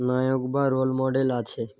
নায়ক বা role model আছে